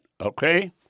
okay